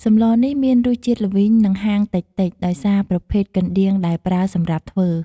សម្លនេះមានរសជាតិល្វីង និងហាងតិចៗដោយសារប្រភេទកណ្ដៀងដែលប្រើសម្រាប់ធ្វើ។